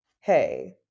hey